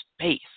space